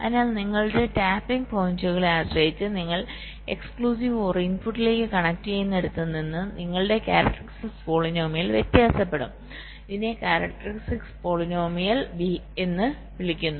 അതിനാൽ നിങ്ങളുടെ ടാപ്പിംഗ് പോയിന്റുകളെ ആശ്രയിച്ച് നിങ്ങൾ എക്സ്ക്ലൂസീവ് or ഇൻപുട്ടിലേക്ക് കണക്ട് ചെയ്യുന്നിടത്ത് നിന്ന് നിങ്ങളുടെ കാരക്ടറിസ്റ്റിക് പോളിനോമിയൽ വ്യത്യാസപ്പെടും ഇതിനെ കാരക്ടറിസ്റ്റിക് പോളിനോമിയൽ എന്ന് വിളിക്കുന്നു